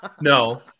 No